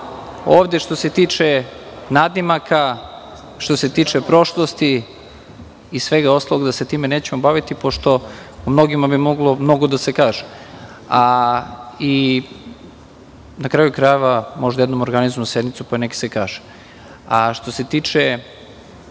ovde, što se tiče nadimaka, što se tiče prošlosti i svega ostalog, da se time nećemo baviti, pošto o mnogima bi moglo mnogo da se kaže. Na kraju krajeva, možda jednom organizujemo sednicu pa nek se i